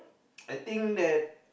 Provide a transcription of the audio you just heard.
I think that